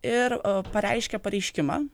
ir pareiškė pareiškimą